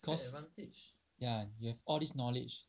cause ya you have all these knowledge